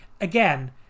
again